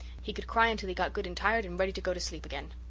he could cry until he got good and tired and ready to go to sleep again.